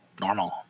normal